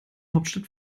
hauptstadt